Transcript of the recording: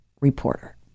reporter